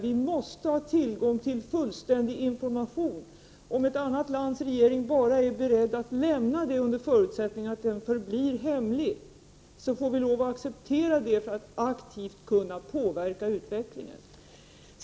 Vi måste ha tillgång till fullständig information. Om ett annat lands regering bara är beredd aft lämna information under förutsättning att den förblir hemlig, får vi lov att acceptera det för att aktivt kunna påverka utvecklingen.